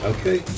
Okay